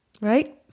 right